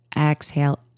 Exhale